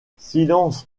silence